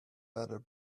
better